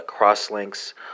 crosslinks